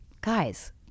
guys